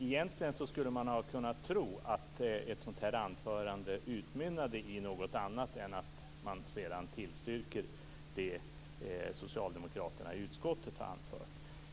Egentligen skulle man ha kunnat tro att ett sådant anförande skulle utmynna i något annat än att man sedan tillstyrker det som socialdemokraterna i utskottet har anfört.